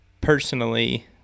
Personally